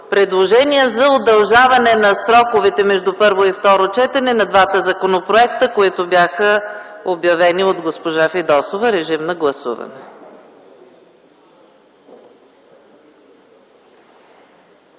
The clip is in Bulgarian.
предложение за удължаване на сроковете между първо и второ четене на двата законопроекта, които бяха обявени от госпожа Фидосова. Гласували